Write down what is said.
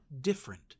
different